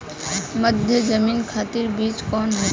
मध्य जमीन खातिर बीज कौन होखे?